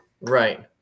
Right